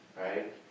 right